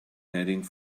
heading